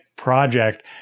Project